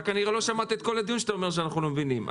אתה כנראה לא שמעת את כל הדיון שאתה אומר שאנחנו לא מבינים.